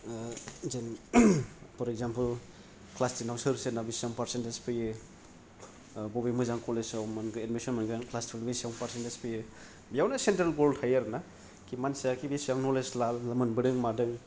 जेन फर एकजामफोल क्लास टेनाव सोर सोरना बेसेबां फार्सेन्टेन्स फैयो बबे मोजां कलेजाव मोनखो एदमिसन मोनगोन क्लास टुइलब आव बेसेबां फार्सेन्टेन्स फैयो बेयावनो सेनट्रेल गोल थायो आरोना खि मानसियाखि बिसिबां नलेज मोनबोदों मादों